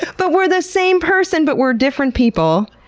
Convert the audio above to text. but we're the same person, but we're different people.